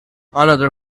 another